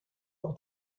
pour